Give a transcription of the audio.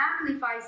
amplifies